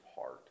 heart